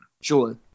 Sure